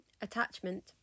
attachment